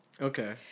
Okay